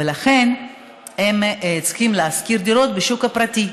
ולכן הם צריכים לשכור דירות בשוק הפרטי.